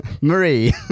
marie